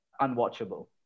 unwatchable